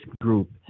group